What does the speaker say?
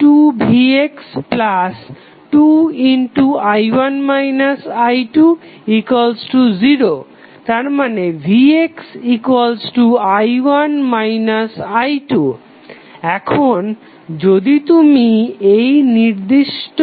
2vx2i1 i20⇒vxi1 i2 এখন যদি তুমি এই নির্দিষ্ট